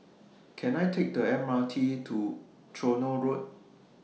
Can I Take The M R T to Tronoh Road